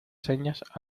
señas